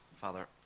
Father